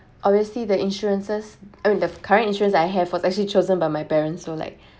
obviously the insurances I mean the current insurance I have was actually chosen by my parents so like